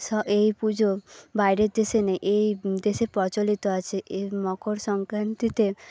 এই পুজো বাইরের দেশে নেই এই দেশে প্রচলিত আছে এই মকর সংক্রান্তিতে